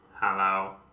Hello